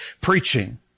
preaching